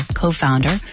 co-founder